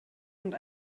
und